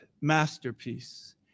masterpiece